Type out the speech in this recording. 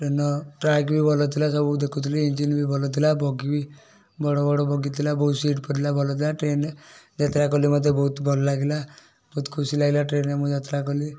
ଟ୍ରେନ୍ର ଟ୍ରାକ୍ ବି ଭଲଥିଲା ସବୁ ଦେଖୁଥିଲି ଇଞ୍ଜିନ୍ ବି ଭଲଥିଲା ବଗି ବି ବଡ଼ ବଡ଼ ବଗି ଥିଲା ବହୁତ ସିଟ୍ ଭଲଥିଲା ଟ୍ରେନ୍ରେ ଯାତ୍ରା କଲି ମଧ୍ୟ ବହୁତ ଭଲ ଲାଗିଲା ବହୁତ ଖୁସି ଲାଗିଲା ଟ୍ରେନ୍ରେ ମୁଁ ଯାତ୍ରା କଲି